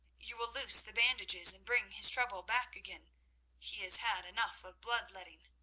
you will loose the bandages, and bring his trouble back again he has had enough of blood-letting.